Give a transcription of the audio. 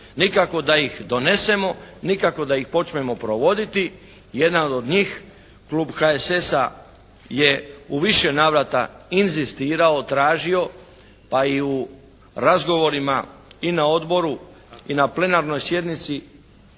nikako da ih donesemo, nikako da ih počnemo provoditi. Jedan od njih klub HSS-a je u više navrata inzistirao, tražio pa i u razgovorima i na odboru i na plenarnoj sjednici